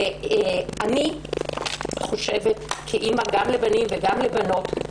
אני חושבת כאימא גם לבנים וגם לבנות,